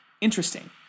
interesting